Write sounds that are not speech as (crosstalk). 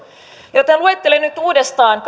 joten luettelen nyt uudestaan (unintelligible)